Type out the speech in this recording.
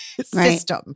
system